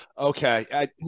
Okay